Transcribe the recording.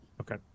okay